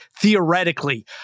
theoretically